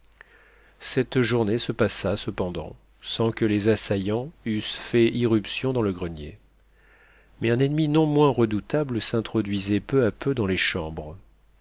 cette journée se passa cependant sans que les assaillants eussent fait irruption dans le grenier mais un ennemi non moins redoutable s'introduisait peu à peu dans les chambres